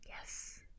yes